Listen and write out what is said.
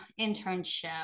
internship